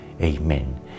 amen